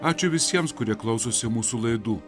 ačiū visiems kurie klausosi mūsų laidų